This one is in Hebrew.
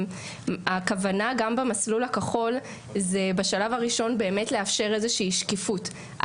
הכוונה גם במסלול הכחול זה בשלב הראשון באמת לאפשר איזושהי שקיפות.